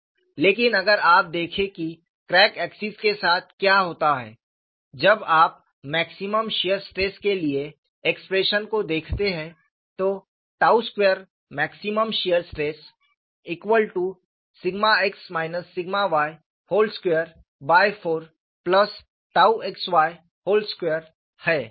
लेकिन अगर आप देखें कि क्रैक एक्सिस के साथ क्या होता है जब आप मैक्सिमम शियर स्ट्रेस के लिए एक्सप्रेशन को देखते हैं तो tau square maximum shear stress x y24xy2 है